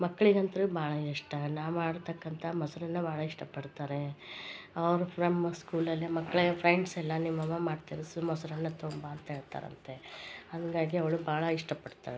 ಮಕ್ಕಳಿಗಂತ್ರುವೆ ಭಾಳ ಇಷ್ಟ ನಾ ಮಾಡ್ತತಕ್ಕಂಥ ಮೊಸರನ್ನ ಭಾಳ ಇಷ್ಟ ಪಡ್ತಾರೆ ಅವ್ರ ಫ್ರಮ್ ಸ್ಕೂಲಲ್ಲೆ ಮಕ್ಕಳ ಫ್ರೆಂಡ್ಸ್ ಎಲ್ಲ ನಿಮ್ಮಮ್ಮ ಮಾಡ್ತಾರೆ ಮೊಸರನ್ನ ತುಂಬಾ ಅಂತ ಹೇಳ್ತಾರಂತೆ ಹಾಗಾಗಿ ಅವಳು ಭಾಳ ಇಷ್ಟಪಡ್ತಾಳೆ